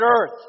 Earth